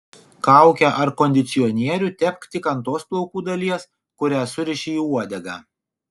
kaukę ar kondicionierių tepk tik ant tos plaukų dalies kurią suriši į uodegą